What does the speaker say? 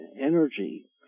energy